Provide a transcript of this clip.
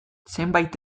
zenbait